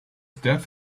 death